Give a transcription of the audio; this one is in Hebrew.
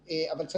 טיפול.